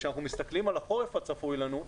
כשאנחנו מסתכלים על החורף הצפוי לנו,